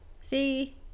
See